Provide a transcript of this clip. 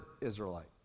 Israelite